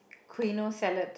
quinoa salad